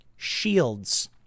shields